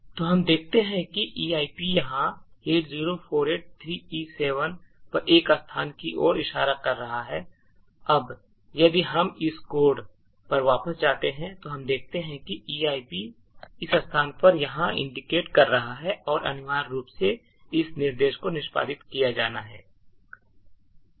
तो हम देखते हैं कि eip यहाँ 80483e7 पर एक स्थान की ओर इशारा कर रहा है अब यदि हम इस कोड पर वापस जाते हैं तो हम देखते हैं कि eip इस स्थान पर यहाँ indicate कर रहा है और अनिवार्य रूप से इस निर्देश को निष्पादित किया जाना है